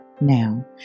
Now